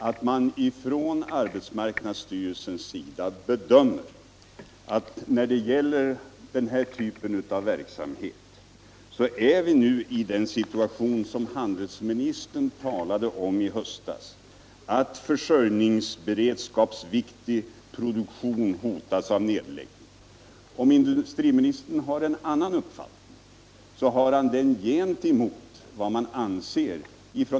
Herr talman! Arbetsmarknadsstyrelsen bedömer det så, att vi när det gäller den här typen av verksamhet nu befinner oss i den situation som handelsministern talade om i höstas, nämligen att försörjningsberedskapsviktig produktion hotas av nedläggning. Om industriministern har en annan uppfattning, så har han den gentemot vad arbetsmarknadsstyrelsen anser.